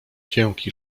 dzięki